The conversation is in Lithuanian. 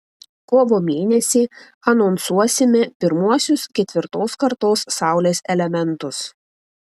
kovo mėnesį anonsuosime pirmuosius ketvirtos kartos saulės elementus